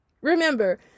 Remember